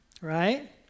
Right